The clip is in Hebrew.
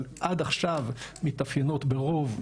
אבל עד עכשיו מתאפיינות ברוב,